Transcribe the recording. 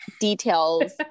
details